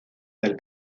del